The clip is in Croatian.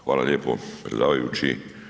Hvala lijepo predsjedavajući.